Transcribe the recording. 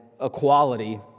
equality